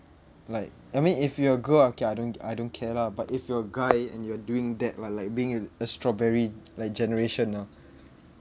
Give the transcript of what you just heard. like I mean if you're a girl okay I don't I don't care lah but if are a guy and you're doing that lah like being a a strawberry like generation ah